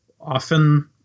often